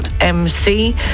Mc